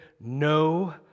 no